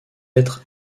être